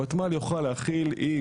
הוותמ"ל יוכל להכיל X,